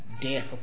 death